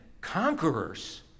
conquerors